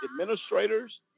administrators